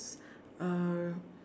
uh